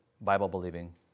Bible-believing